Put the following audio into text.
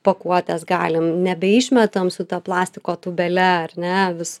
pakuotes galim nebeišmetam su ta plastiko tūbele ar ne vis